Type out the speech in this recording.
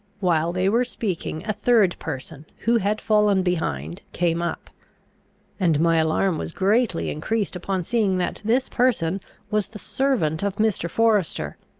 while they were speaking a third person, who had fallen behind, came up and my alarm was greatly increased upon seeing that this person was the servant of mr. forester,